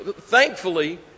thankfully